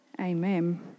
amen